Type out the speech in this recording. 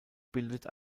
bildet